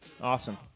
Awesome